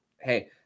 hey